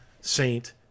saint